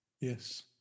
Yes